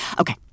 Okay